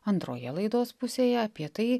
antroje laidos pusėje apie tai